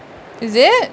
is it